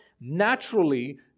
naturally